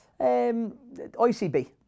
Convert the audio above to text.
ICB